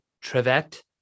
Trivet